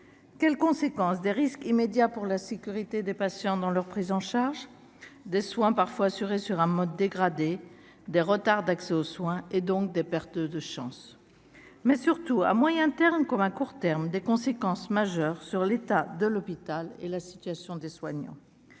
quelles conséquences des risques immédiats pour la sécurité des patients dans leur prise en charge des soins parfois assuré sur un mode dégradé des retards d'accès aux soins et donc des pertes de chance mais surtout à moyen terme, comme un court terme des conséquences majeures sur l'état de l'hôpital et la situation des soignants,